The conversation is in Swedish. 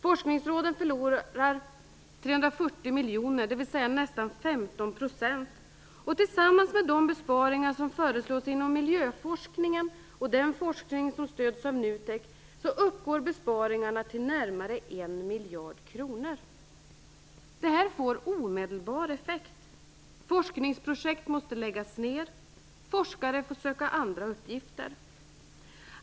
Forskningsrådet förlorar 340 miljoner, dvs. nästan 15 %. Tillsammans med de besparingar som föreslås inom miljöforskningen och den forskning som stöds av NUTEK uppgår besparingarna till närmare 1 miljard kronor. Detta får omedelbar effekt. Forskningsprojekt måste läggas ned, och forskare får söka andra uppgifter.